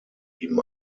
blieben